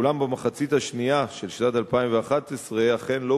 אולם במחצית השנייה של שנת 2011 אכן לא